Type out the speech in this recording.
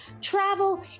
travel